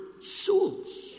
souls